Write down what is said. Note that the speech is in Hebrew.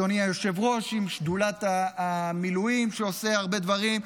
אדוני היושב-ראש עם שדולת המילואים שעושה הרבה דברים.